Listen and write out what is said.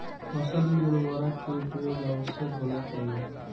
फसल में उर्वरक के उपयोग आवश्यक होला कि न?